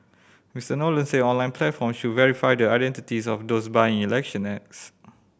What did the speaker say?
Mister Nolan said online platforms should verify the identities of those buying election ads